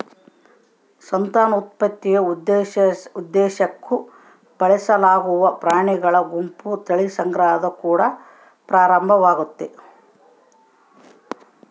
ಸಂತಾನೋತ್ಪತ್ತಿಯ ಉದ್ದೇಶುಕ್ಕ ಬಳಸಲಾಗುವ ಪ್ರಾಣಿಗಳ ಗುಂಪು ತಳಿ ಸಂಗ್ರಹದ ಕುಡ ಪ್ರಾರಂಭವಾಗ್ತತೆ